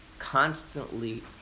Constantly